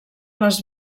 les